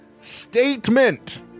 statement